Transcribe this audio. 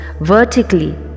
vertically